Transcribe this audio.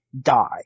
die